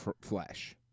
flesh